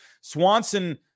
Swanson